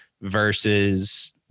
versus